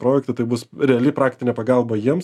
projektą tai bus reali praktinė pagalba jiems